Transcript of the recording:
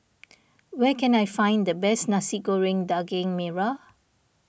where can I find the best Nasi Goreng Daging Merah